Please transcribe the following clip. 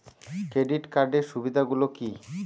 Credit কার্ডের সুবিধা গুলো কি?